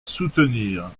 soutenir